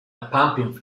pumping